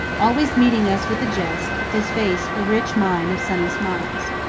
always meeting us with a jest, his face a rich mine of sunny smiles.